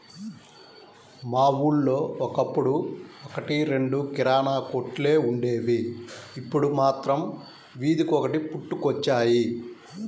మా ఊళ్ళో ఒకప్పుడు ఒక్కటి రెండు కిరాణా కొట్లే వుండేవి, ఇప్పుడు మాత్రం వీధికొకటి పుట్టుకొచ్చాయి